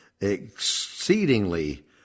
exceedingly